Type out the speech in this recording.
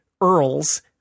earls